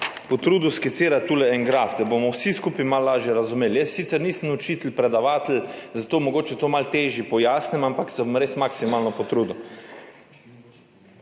potrudil skicirati tu en graf, da bomo vsi skupaj malo lažje razumeli. / pokaže zboru/ Jaz sicer nisem učitelj, predavatelj, zato mogoče to malo težje pojasnim, ampak se bom res maksimalno potrudil.